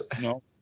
no